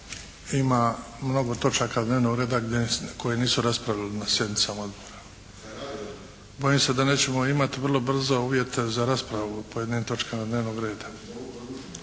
ima mnogo točaka dnevnog reda koje nisu raspravili na sjednicama odbora. Bojim se da nećemo imati vrlo brzo uvjete za raspravu o pojedinim točkama dnevnog reda